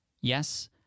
Yes